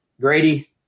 Grady